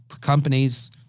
companies